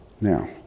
now